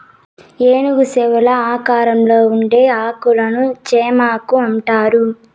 ఏనుగు చెవుల ఆకారంలో ఉండే ఆకులను చేమాకు అంటారు